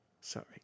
Sorry